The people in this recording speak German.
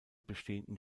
bestehenden